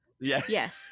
Yes